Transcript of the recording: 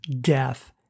death